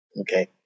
Okay